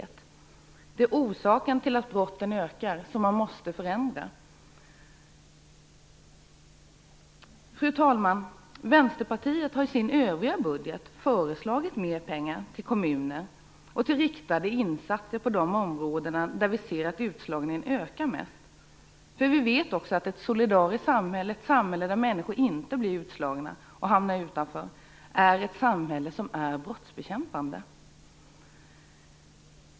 Man måste förändra orsakerna till att brotten ökar. Fru talman! Vänsterpartiet har i sin övriga budget föreslagit mer pengar till kommuner och till riktade insatser på de områden där vi ser att utslagningen ökar mest. Vi vet ju också att ett solidariskt samhälle, ett samhälle där människor inte blir utslagna och hamnar utanför, är ett brottsbekämpande samhälle.